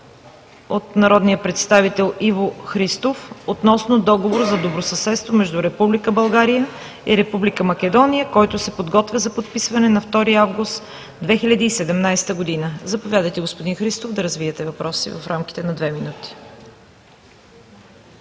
от народния представител Иво Христов относно договор за добросъседство между Република България и Република Македония, който се подготвя за подписване на 2 август 2017 г. Заповядайте, господин Христов, да развиете въпроса си в рамките на две минути.